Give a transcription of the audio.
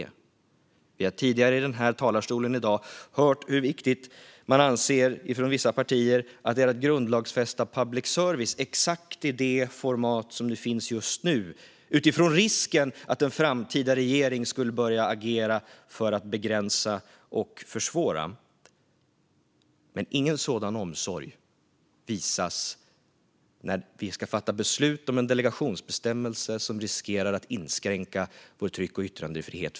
Vi har från den här talarstolen tidigare i dag hört hur viktigt vissa partier anser att det är att grundlagsfästa public service i exakt det format som det har just nu, utifrån risken att en framtida regering skulle börja agera för att begränsa och försvåra. Men ingen sådan omsorg visas när vi ska fatta beslut om en delegationsbestämmelse som riskerar att för brett inskränka vår tryck och yttrandefrihet.